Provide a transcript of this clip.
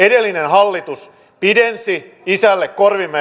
edellinen hallitus pidensi isälle